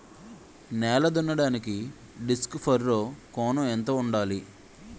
నేల దున్నడానికి disc furrow కోణం ఎంత ఉండాలి?